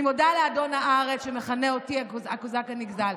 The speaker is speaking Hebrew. אני מודה לאדון הארץ, שמכנה אותי הקוזק הנגזל.